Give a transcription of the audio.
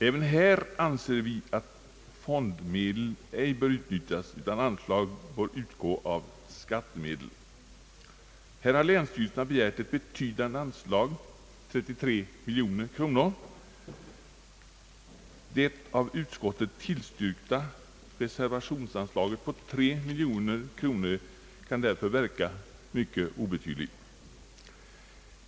Även här anser vi att fondmedel ej bör utnyttjas utan anslag utgå av skattemedel. Här har länsstyrelserna begärt ett betydande anslag, 33 miljoner kronor. Det av utskottet tillstyrkta reservationsanslaget på 3 miljoner kan därför verka obetydligt.